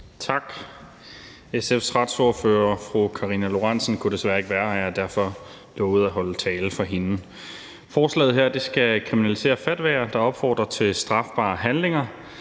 Tak. SF's retsordfører, fru Karina Lorentzen Dehnhardt, kan desværre ikke være her, og jeg har derfor lovet at holde talen for hende. Forslaget her skal kriminalisere fatwaer, der opfordrer til strafbare handlinger.